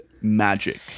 magic